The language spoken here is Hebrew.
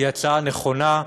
היא הצעה נכונה,